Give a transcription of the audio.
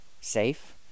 safe